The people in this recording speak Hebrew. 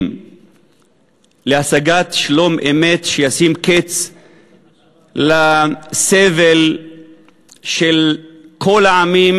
להשגת שלום-אמת שישים קץ לסבל של כל העמים,